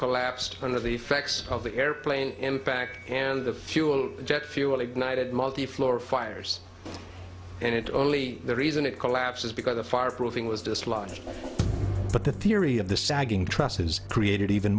collapsed under the effects of the airplane impact and the fuel jet fuel ignited multi floor fires and it only reason it collapses because the fire proofing was dislodged but the theory of the sagging trusses created even